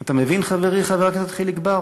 אתה מבין, חברי חבר הכנסת חיליק בר,